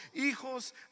hijos